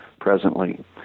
presently